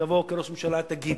תבוא כראש ממשלה, תגיד: